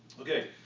Okay